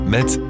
Met